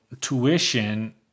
tuition